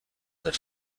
that